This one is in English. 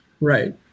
right